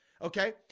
okay